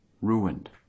Ruined